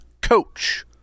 coach